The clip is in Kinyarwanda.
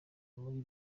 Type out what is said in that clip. muri